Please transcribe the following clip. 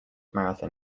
marathon